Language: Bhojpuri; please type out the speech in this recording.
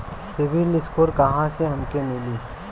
सिविल स्कोर कहाँसे हमके मिली?